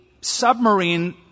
submarine